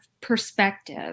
perspective